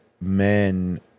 men